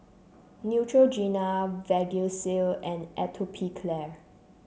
Neutrogena Vagisil and Atopiclair